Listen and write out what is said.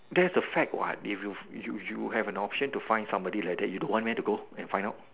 that's a fact what if you if you if you have an option to find somebody like that you don't want meh to go and find out